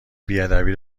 بیادبی